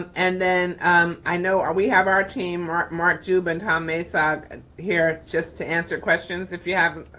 and then i know our, we have our team or mark dubin, tom masag here just to answer questions, if you have,